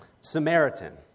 Samaritan